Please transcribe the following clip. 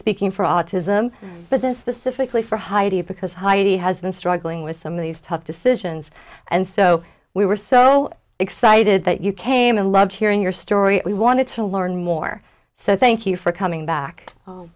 speaking for autism but this this officially for heidi because heidi has been struggling with some of these tough decisions and so we were so excited that you came and loved hearing your story we wanted to learn more so thank you for coming back